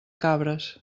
cabres